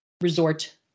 resort